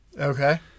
Okay